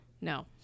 No